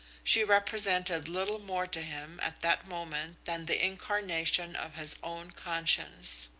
she represented little more to him, at that moment, than the incarnation of his own conscience.